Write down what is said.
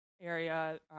Area